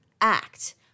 act